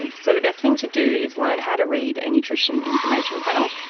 and so the best thing to do is learn how to read a nutrition information panel,